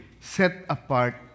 set-apart